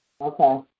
Okay